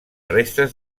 restes